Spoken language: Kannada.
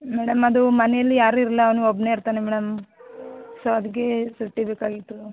ಮೇಡಮ್ ಅದು ಮನೆಯಲ್ಲಿ ಯಾರು ಇರಲ್ಲ ಅವನು ಒಬ್ಬನೆ ಇರ್ತನೆ ಮೇಡಮ್ ಸೊ ಅದಕ್ಕೆ ಚುಟ್ಟಿ ಬೇಕಾಗಿತ್ತು